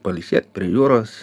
pailsėt prie jūros